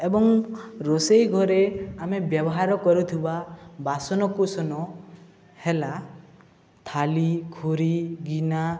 ଏବଂ ରୋଷେଇ ଘରେ ଆମେ ବ୍ୟବହାର କରୁଥିବା ବାସନକୁସନ ହେଲା ଥାଳି ଖୁରି ଗିନା